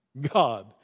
God